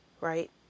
right